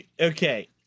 Okay